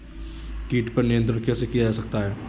कीट पर नियंत्रण कैसे किया जा सकता है?